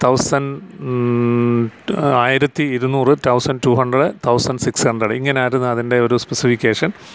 thousand ആയിരത്തി ഇരുന്നൂറ് thousand two hundred thousand six hundred ഇങ്ങനെ ആയിരുന്നു അതിൻ്റെ ഒരു സ്പെസിഫിക്കേഷൻ